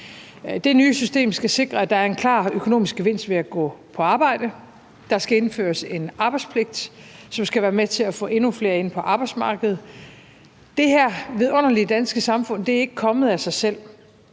Det nye system skal sikre, at der er en klar økonomisk gevinst ved at gå på arbejde; der skal indføres en arbejdspligt, som skal være med til at få endnu flere ind på arbejdsmarkedet. Det her vidunderlige danske samfund er ikke kommet af sig selv.